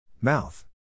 Mouth